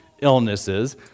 illnesses